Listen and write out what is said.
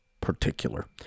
particular